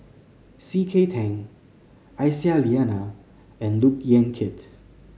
C K Tang Aisyah Lyana and Look Yan Kit